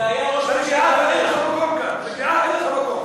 איזה היגיון מדהים.